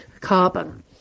carbon